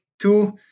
two